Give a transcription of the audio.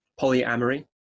polyamory